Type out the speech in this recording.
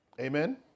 Amen